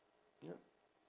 yup